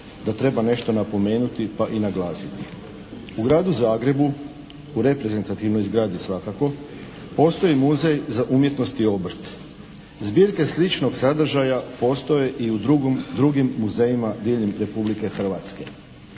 da treba nešto napomenuti pa i naglasiti. U Gradu Zagrebu, u reprezentativnoj zgradi svakako postoji Muzej za umjetnost i obrt. Zbirke sličnog sadržaja postoje i u drugim muzejima diljem Republike Hrvatske.